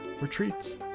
retreats